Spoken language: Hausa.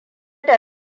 da